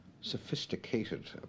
sophisticated